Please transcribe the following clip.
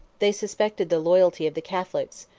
they suspected the loyalty of the catholics,